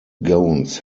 gowns